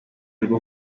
rwo